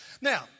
Now